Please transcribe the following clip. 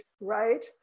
right